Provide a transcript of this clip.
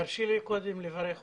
תרשי לי קודם לברך אותך.